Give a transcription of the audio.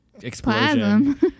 Explosion